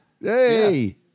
Hey